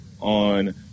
on